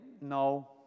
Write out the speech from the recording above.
no